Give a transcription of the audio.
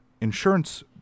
insurance